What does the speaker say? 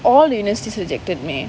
all the universities rejected me